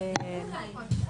את יוצאת החוצה.